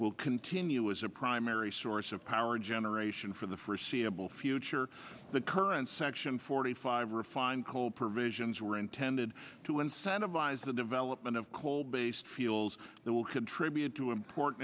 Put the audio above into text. will continue as a primary source of power generation for the forseeable future the current section forty five refined coal provisions were intended to incentivize the development of coal based fuels that will contribute to import